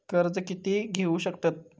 कर्ज कीती घेऊ शकतत?